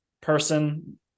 person